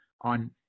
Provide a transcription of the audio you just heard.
on